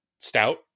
Stout